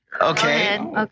Okay